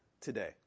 today